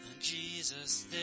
Jesus